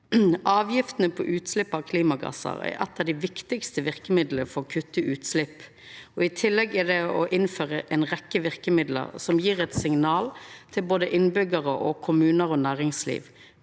Avgifter på utslepp av klimagassar er eit av dei viktigaste verkemidla for å kutta utslepp, i tillegg til å innføra ei rekkje verkemiddel som gjev eit signal til både innbyggjarar, kommunar og næringsliv.